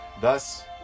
thus